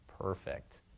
perfect